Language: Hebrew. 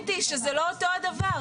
תסכים איתי שזה לא אותו דבר.